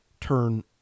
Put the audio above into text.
turn